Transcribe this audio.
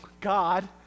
God